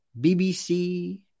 BBC